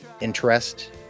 interest